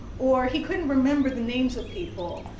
or he couldn't remember the names of people,